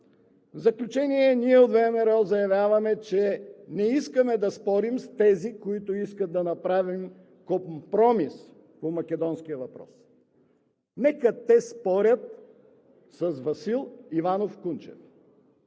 В заключение – ние от ВМРО заявяваме, че не искаме да спорим с тези, които искат да направим компромис по македонския въпрос. Нека те спорят с Васил Иванов Кунчев!